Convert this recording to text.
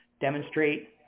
demonstrate